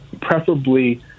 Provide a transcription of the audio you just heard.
preferably